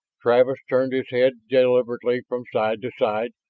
travis turned his head deliberately from side to side,